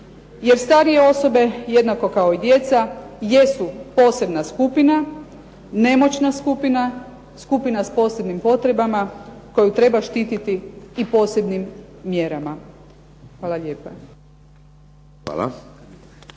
Jer starije osobe, jednako kao i djeca, jesu posebna skupina, nemoćna skupina, skupina s posebnim potrebama koju treba štititi i posebnim mjerama. Hvala lijepa.